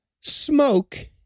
smoke